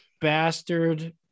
bastard